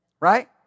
Right